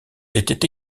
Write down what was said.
était